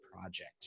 project